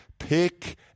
Pick